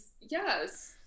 yes